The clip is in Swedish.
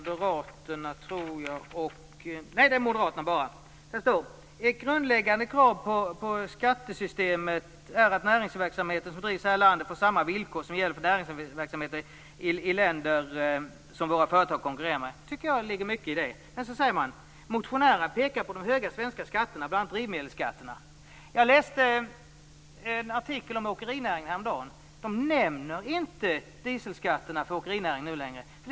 Där står följande: "Ett grundläggande krav på skattesystemet är att näringsverksamhet som drivs här i landet får samma villkor som gäller för näringsverksamheten i de länder som våra företag konkurrerar med." Det ligger mycket i det. Men sedan står där följande: "Motionärerna pekar på de höga svenska skatterna, bl.a. drivmedelsskatterna -." Jag läste häromdagen en artikel om åkerinäringen. Dieselskatterna för åkerinäringen nämns inte längre.